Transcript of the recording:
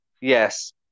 Yes